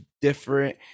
different